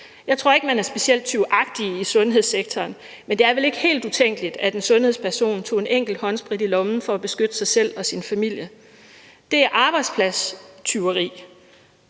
Jeg tror ikke, at man er specielt tyvagtig i sundhedssektoren, men det er vel ikke helt utænkeligt, at en sundhedsperson tog en enkelt håndsprit i lommen for at beskytte sig selv og sin familie. Det er arbejdspladstyveri,